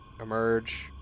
emerge